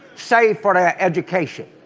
save for the education.